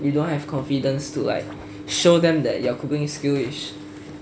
you don't have confidence to like show them that your cooking skill is